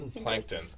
plankton